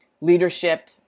leadership